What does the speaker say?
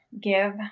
give